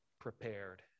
prepared